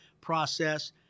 process